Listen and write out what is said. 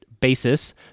basis